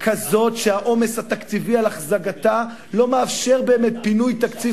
כזאת שהעומס התקציבי של אחזקתה לא מאפשר באמת פינוי תקציב